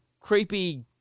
creepy